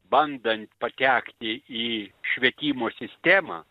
bandant patekti į švietimo sistemą